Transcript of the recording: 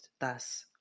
thus